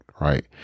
right